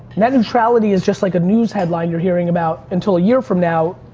net neutrality is just like a news headline you're hearing about, until a year from now,